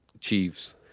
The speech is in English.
Chiefs